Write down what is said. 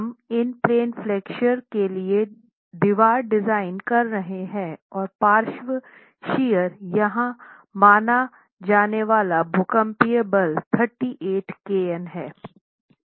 हम इन plane flexure के लिए दीवार डिज़ाइन कर रहे हैं और पार्श्व शियर यहाँ माना जाने वाला भूकंपीय बल 38 kN है